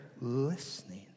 listening